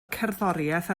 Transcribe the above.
cerddoriaeth